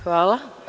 Hvala.